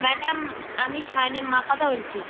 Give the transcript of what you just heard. madam আমি সায়নের মা কথা বলছি